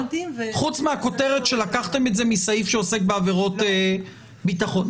חוץ מהכותרת שלקחתם מסעיף שעוסק בעבירות ביטחון.